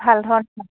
ভাল ধ